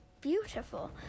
beautiful